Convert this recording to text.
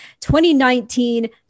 2019